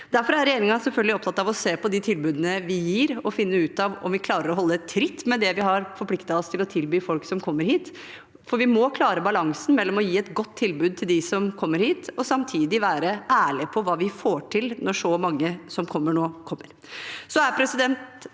Derfor er regjeringen selvfølgelig opptatt av å se på de tilbudene vi gir, og finne ut av om vi klarer å holde tritt med det vi har forpliktet oss til å tilby folk som kommer hit. For vi må klare balansen mellom å gi et godt tilbud til dem som kommer hit, og samtidig være ærlige på hva vi får til nå når så mange kommer. Problemet og kjernen